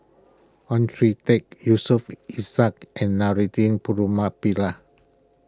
Oon Teik Yusof Ishak and Putumaippittan